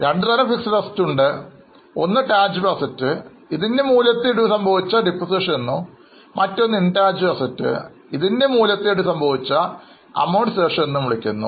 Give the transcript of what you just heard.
രണ്ടുതരം Fixed assets ഉണ്ട് ഒന്ന് Tangible asset ഇതിൻറെ മൂല്യത്തിൽ ഇടിവ് സംഭവിച്ചാൽ Depreciation എന്നും മറ്റൊന്ന് Intangible asset ഇതിൻറെ മൂല്യത്തിൽ ഇടിവ് സംഭവിച്ചാൽ Amortization എന്നും പറയുന്നു